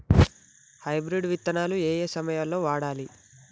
Hybrid విత్తనాలు ఏయే సమయాల్లో వాడాలి?